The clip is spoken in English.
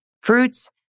Fruits